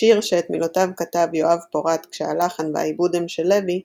השיר שאת מילותיו כתב יואב פורת כשהלחן והעיבוד הם של לוי,